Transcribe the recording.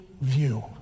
view